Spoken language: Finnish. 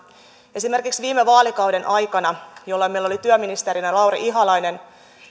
esimerkiksi viime vaalikauden aikana jolloin meillä oli työministerinä lauri ihalainen